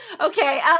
Okay